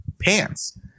pants